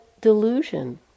delusion